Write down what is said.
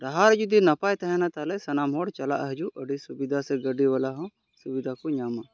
ᱰᱟᱦᱟᱨ ᱡᱩᱫᱤ ᱱᱟᱯᱟᱭ ᱛᱟᱦᱮᱱᱟ ᱛᱟᱦᱚᱞᱮ ᱥᱟᱱᱟᱢ ᱦᱚᱲ ᱪᱟᱞᱟᱜ ᱦᱤᱡᱩᱜ ᱟᱹᱰᱤ ᱥᱩᱵᱤᱫᱟ ᱥᱮ ᱜᱟᱹᱰᱤ ᱵᱟᱞᱟ ᱦᱚᱸ ᱥᱩᱵᱤᱫᱟ ᱠᱚ ᱧᱟᱢᱟ